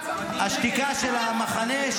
השתיקה של המחנה,